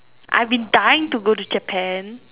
I have been dying to go to Japan